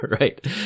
Right